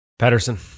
Patterson